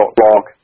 blog